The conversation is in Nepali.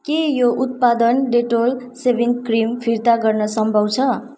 के यो उत्पादन डेटोल सेभिङ क्रिम फिर्ता गर्न सम्भव छ